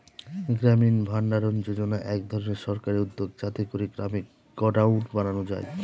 গ্রামীণ ভাণ্ডারণ যোজনা এক ধরনের সরকারি উদ্যোগ যাতে করে গ্রামে গডাউন বানানো যায়